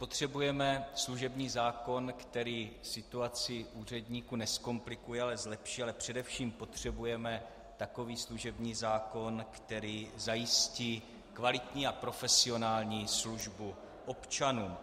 Potřebujeme služební zákon, který situaci úředníkům nezkomplikuje, ale zlepší, a především potřebujeme takový služební zákon, který zajistí kvalitní a profesionální službu občanům.